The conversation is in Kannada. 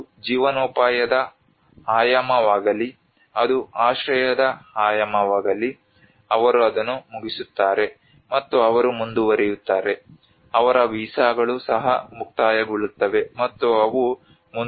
ಅದು ಜೀವನೋಪಾಯದ ಆಯಾಮವಾಗಲಿ ಅದು ಆಶ್ರಯದ ಆಯಾಮವಾಗಲಿ ಅವರು ಅದನ್ನು ಮುಗಿಸುತ್ತಾರೆ ಮತ್ತು ಅವರು ಮುಂದುವರಿಯುತ್ತಾರೆ ಅವರ ವೀಸಾಗಳು ಸಹ ಮುಕ್ತಾಯಗೊಳ್ಳುತ್ತವೆ ಮತ್ತು ಅವು ಮುಂದುವರಿಯುತ್ತವೆ